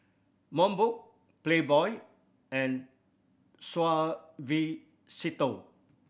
Mobot Playboy and Suavecito